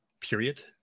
period